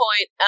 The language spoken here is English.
point